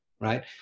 right